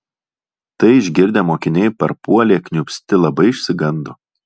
tai išgirdę mokiniai parpuolė kniūpsti labai išsigando